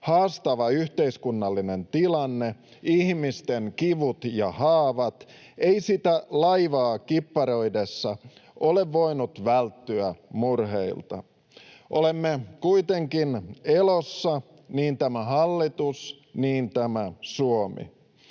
haastava yhteiskunnallinen tilanne, ihmisten kivut ja haavat. Ei sitä laivaa kipparoidessa ole voinut välttyä murheilta. Olemme kuitenkin elossa — niin tämä hallitus, niin tämä Suomi.